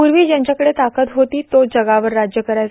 पूर्वी ज्यांच्याकडं ताकद होती तो जगावर राज्य करायचा